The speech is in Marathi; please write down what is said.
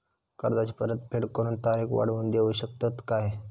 कर्जाची परत फेड करूक तारीख वाढवून देऊ शकतत काय?